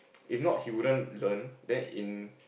if not he wouldn't learn then in